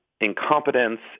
incompetence